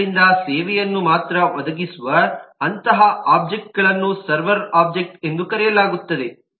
ಆದ್ದರಿಂದ ಸೇವೆಯನ್ನು ಮಾತ್ರ ಒದಗಿಸುವ ಅಂತಹ ಒಬ್ಜೆಕ್ಟ್ಗಳನ್ನು ಸರ್ವರ್ ಒಬ್ಜೆಕ್ಟ್ಸ್ ಎಂದು ಕರೆಯಲಾಗುತ್ತದೆ